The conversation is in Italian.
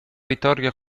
vittoria